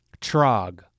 Trog